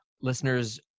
listeners